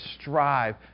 strive